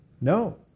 No